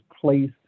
place